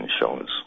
shows